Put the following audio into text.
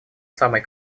самой